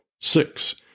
Six